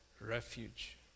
refuge